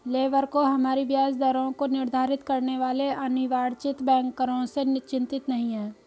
labour को हमारी ब्याज दरों को निर्धारित करने वाले अनिर्वाचित बैंकरों से चिंतित नहीं है